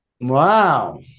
Wow